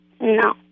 No